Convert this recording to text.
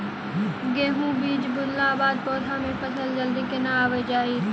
गेंहूँ बीज बुनला बाद पौधा मे फसल जल्दी केना आबि जाइत?